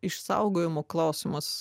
išsaugojimo klausimas